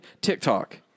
TikTok